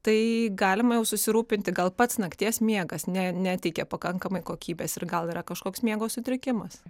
tai galima jau susirūpinti gal pats nakties miegas ne neteikia pakankamai kokybės ir gal yra kažkoks miego sutrikimas